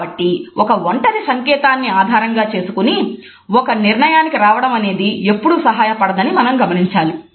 కాబట్టి ఒక ఒంటరి సంకేతాన్ని ఆధారంగా చేసుకుని ఒక నిర్ణయానికి రావడం అనేది ఎప్పుడూ సహాయపడదని మనం గమనించాలి